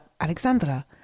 Alexandra